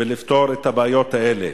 ולפתור את הבעיות האלה.